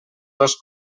dos